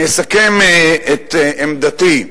אני אסכם את עמדתי.